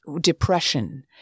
depression